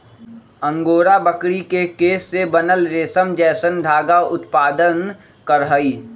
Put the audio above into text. angora बकरी के केश से बनल रेशम जैसन धागा उत्पादन करहइ